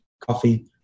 coffee